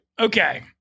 okay